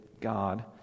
God